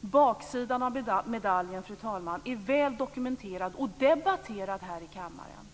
Baksidan av medaljen, fru talman, är väl dokumenterad och debatterad här i kammaren.